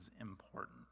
important